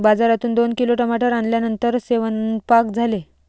बाजारातून दोन किलो टमाटर आणल्यानंतर सेवन्पाक झाले